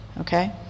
Okay